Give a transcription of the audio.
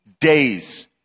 days